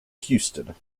houston